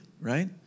right